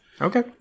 Okay